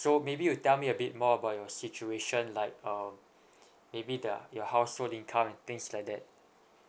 so maybe you tell me a bit more about your situation like um maybe the uh your household income and things like that